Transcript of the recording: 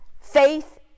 faith